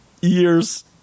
years